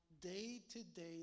day-to-day